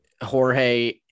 Jorge